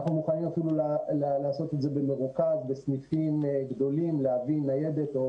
אנחנו מוכנים אפילו לעשות את זה במרוכז ולסניפים גדולים להביא ניידת או